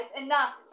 enough